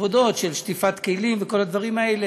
עבודות של שטיפת כלים וכל הדברים האלה,